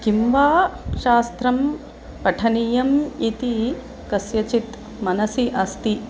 किं वा शास्त्रं पठनीयम् इति कस्यचित् मनसि अस्ति